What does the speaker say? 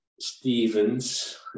Stevens